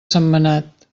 sentmenat